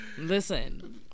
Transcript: Listen